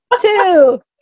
two